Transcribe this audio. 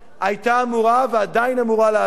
היתה אמורה, ועדיין אמורה, לעלות.